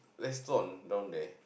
restaurant down there